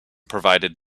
provided